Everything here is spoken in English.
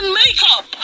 makeup